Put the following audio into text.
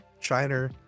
China